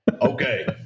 Okay